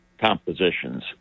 compositions